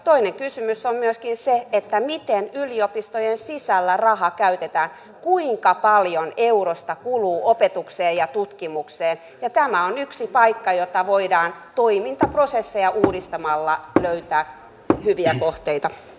toinen kysymys on myöskin miten yliopistojen sisällä raha käytetään kuinka paljon eurosta kuluu opetukseen ja tutkimukseen ja tämä on yksi paikka josta voidaan toimintaprosesseja uudistamalla löytää hyviä kohteita